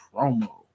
promo